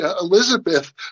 Elizabeth